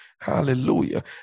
Hallelujah